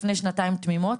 לפני שנתיים תמימות,